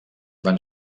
van